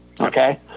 okay